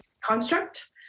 construct